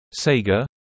Sega